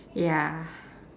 ya